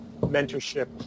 mentorship